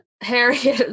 Harry